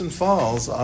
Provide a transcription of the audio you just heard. falls